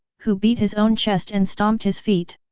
who beat his own chest and stomped his feet.